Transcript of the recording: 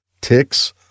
ticks